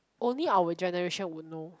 only our generation would know